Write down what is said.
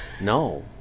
no